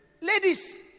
Ladies